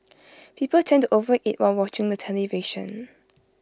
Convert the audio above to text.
people tend to overeat while watching the television